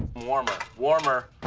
warmer, warmer!